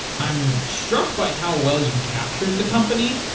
i'm struck by how well you captured the company.